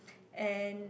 and